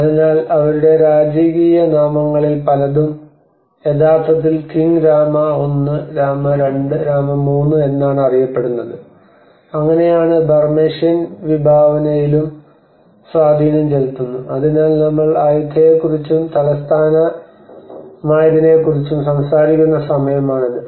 അതിനാൽ അവരുടെ രാജകീയനാമങ്ങളിൽ പലതും യഥാർത്ഥത്തിൽ കിംഗ് രാമ 1 രാമ 2 രാമ 3 എന്നാണ് അറിയപ്പെടുന്നത് അങ്ങനെയാണ് ബർമേഷ്യൻ വിഭാവനയിലും സ്വാധീനം ചെലുത്തുന്നു അതിനാൽ നമ്മൾ ആയുത്തായയെക്കുറിച്ചും തലസ്ഥാനമായതിനെക്കുറിച്ചും സംസാരിക്കുന്ന സമയമാണിത്